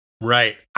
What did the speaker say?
Right